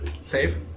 save